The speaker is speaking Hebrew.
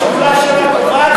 השדולה שלה טובה, ?